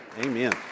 Amen